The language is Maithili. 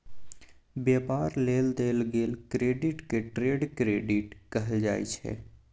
व्यापार लेल देल गेल क्रेडिट के ट्रेड क्रेडिट कहल जाइ छै